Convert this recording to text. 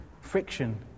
friction